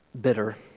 bitter